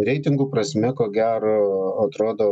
reitingų prasme ko gero atrodo